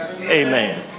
Amen